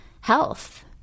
Health